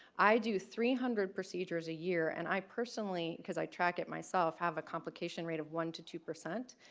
i do three hundred procedures a year and i personally, because i track it myself, have a complication rate of one to two percent.